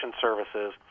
services